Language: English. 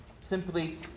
simply